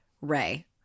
Ray